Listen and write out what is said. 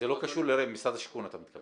זה לא קשור לרמ"י, משרד השיכון אתה מתכוון.